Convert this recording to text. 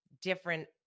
different